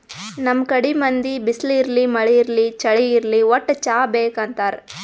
ನಮ್ ಕಡಿ ಮಂದಿ ಬಿಸ್ಲ್ ಇರ್ಲಿ ಮಳಿ ಇರ್ಲಿ ಚಳಿ ಇರ್ಲಿ ವಟ್ಟ್ ಚಾ ಬೇಕ್ ಅಂತಾರ್